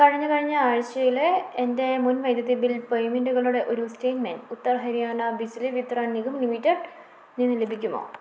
കഴിഞ്ഞ കഴിഞ്ഞാഴ്ചയിലെ എൻ്റെ മുൻ വൈദ്യുതി ബിൽ പേയ്മെൻ്റുകളുടെ ഒരു സ്റ്റേറ്റ്മെൻ്റ് ഉത്തർ ഹരിയാന ബിജിലി വിത്രാൻ നിഗം ലിമിറ്റഡില് നിന്ന് ലഭിക്കുമോ